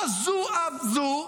לא זו אף זו,